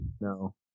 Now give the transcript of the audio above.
No